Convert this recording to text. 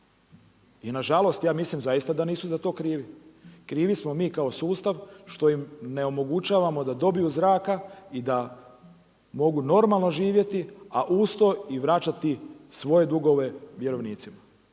i nažalost, ja mislim zaista da nisu za to krivi. Krivi smo mi kao sustav što im ne omogućavamo da dobiju zraka i da mogu normalno živjeti a uz to i vraćati svoje dugove vjerovnicima.